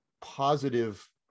positive